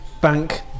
bank